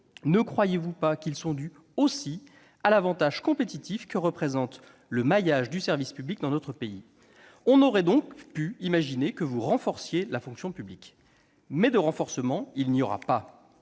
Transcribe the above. ne croyez-vous pas qu'ils sont dus aussi à l'avantage compétitif que représente le maillage du service public dans notre pays ? On aurait donc pu imaginer que vous renforceriez la fonction publique. Mais de renforcement, il n'y aura pas.